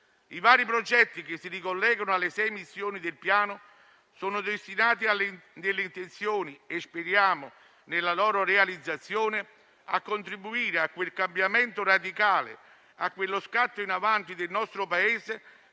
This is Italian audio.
I vari progetti che si ricollegano alle sei missioni del Piano sono destinati - nelle intenzioni e, speriamo, nella loro realizzazione - a contribuire a quel cambiamento radicale e a quello scatto in avanti del nostro Paese